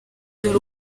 dore